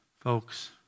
folks